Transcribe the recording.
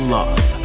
love